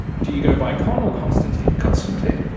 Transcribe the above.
do you go by con or constantine? constantine.